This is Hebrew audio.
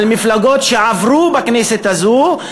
על מפלגות שעברו בכנסת הזאת,